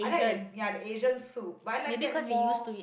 like the ya the Asian soup but I like that more